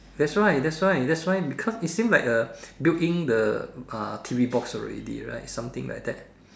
that's why that's why that's why because it seems like a built in the T_V box already right something like that